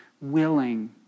willing